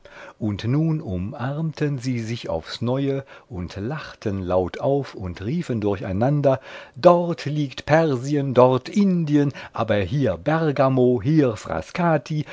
und nun umarmten sie sich aufs neue und lachten laut auf und riefen durcheinander dort liegt persien dort indien aber hier